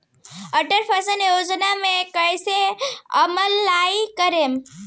Atal pension योजना मे कैसे अप्लाई करेम?